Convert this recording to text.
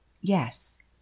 Yes